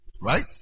Right